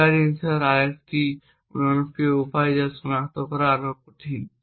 trigger design করার আরেকটি জনপ্রিয় উপায় যা শনাক্ত করা আরও কঠিন